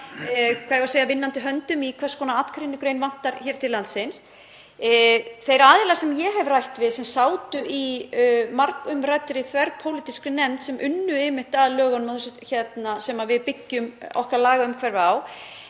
hversu mikið af vinnandi höndum í hvers konar atvinnugreinar vantar til landsins. Þeir aðilar sem ég hef rætt við sem sátu í margumræddri þverpólitískri nefnd, sem vann einmitt að lögunum sem við byggjum okkar lagaumhverfi á,